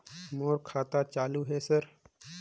मोर खाता चालु हे सर?